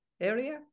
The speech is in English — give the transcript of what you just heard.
area